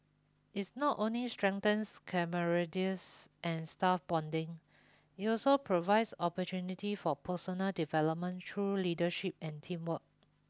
it's not only strengthens and staff bonding it also provides opportunity for personal development through leadership and teamwork